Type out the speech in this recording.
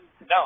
No